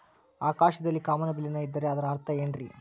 ಆಕಾಶದಲ್ಲಿ ಕಾಮನಬಿಲ್ಲಿನ ಇದ್ದರೆ ಅದರ ಅರ್ಥ ಏನ್ ರಿ?